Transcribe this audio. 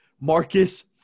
Marcus